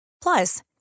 Plus